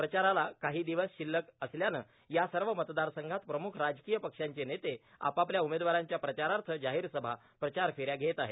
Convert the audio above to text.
प्रचाराला काही दिवस शिल्लक असल्यानं या सर्व मतदारसंघात प्रमुख राजकीय पक्षांचे नेते आपापल्या उमेदवारांच्या प्रचारार्थ जाहीरसभा प्रचारफेऱ्या घेत आहेत